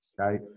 Skype